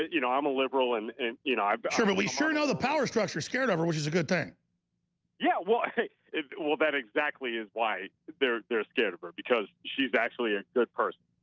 you know, i'm a liberal and you know i'm certainly sure know the power structure scared of her, which is a good thing yeah, why well that exactly is why they're they're scared of her because she's actually a good person,